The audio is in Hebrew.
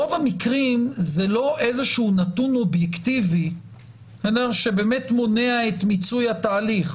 רוב המקרים זה לא איזשהו נתון אובייקטיבי שבאמת מונע את מיצוי התהליך,